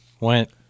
Went